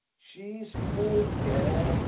she's good gel,